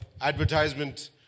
advertisement